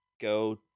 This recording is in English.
go